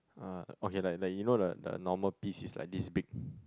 uh okay like like you know the the normal piece is like this big